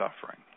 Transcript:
suffering